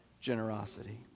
generosity